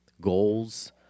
goals